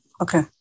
okay